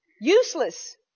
Useless